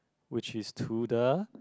which is to the